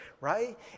right